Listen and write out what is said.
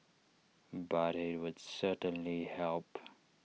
but IT would certainly help